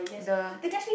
the